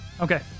Okay